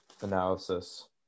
analysis